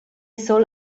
soll